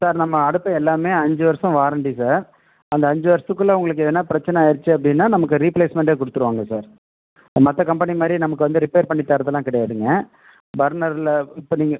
sir நம்ம அடுப்பு எல்லாமே அஞ்சு வருஷம் வாரண்ட்டி சார் அந்த அஞ்சு வருஷத்துக்குள்ள உங்களுக்கு எதனால் பிரச்சனை ஆயிடுச்சு அப்படின்னா நமக்கு ரீப்ளேஸ்மெண்டே கொடுத்துடுவாங்க சார் மற்ற கம்பெனி மாதிரி நமக்கு வந்து ரிப்பேர் பண்ணி தர்றதுலாம் கிடையாதுங்க பர்னர்ல இப்போ நீங்கள்